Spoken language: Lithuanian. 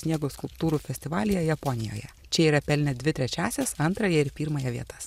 sniego skulptūrų festivalyje japonijoje čia yra pelnę dvi trečiąsias antrąją ir pirmąją vietas